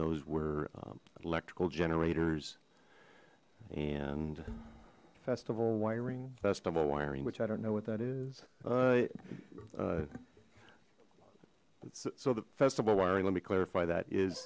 those were electrical generators and festival wiring festival wiring which i don't know what that is it's so the festival wiring let me clarify that is